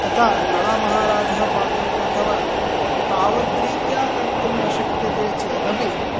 यथा नलमहाराजा पाकं कृतवान् तावद्रीत्या कर्तुं न शक्यते चेदपि